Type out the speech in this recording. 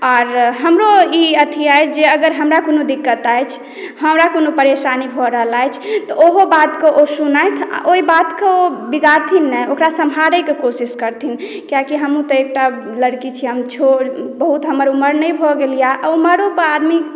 आओर हमरो ई अथी अछि जे अगर हमरा कोनो दिक्कत अछि हमरा कोनो परेशानी भऽ रहल अछि तऽ ओहो बातक ओ सुनैत आ ओहि बातक ओ बिगाड़थिन नहि ओकरा सम्हारैक कोशिश करथिन कियाकी हमहुँ तऽ एकटा लड़की छी हम छोट बहुत हमर उमर नहि भऽ गेलय आ उम्रो पर आदमी